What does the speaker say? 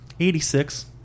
86